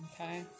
okay